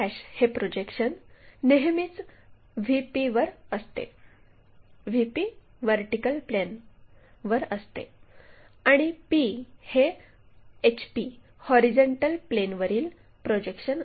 p हे projection नेहमीच VP वर असते आणि p हे HP वरील प्रोजेक्शन असते